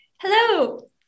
Hello